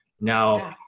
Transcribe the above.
Now